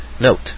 Note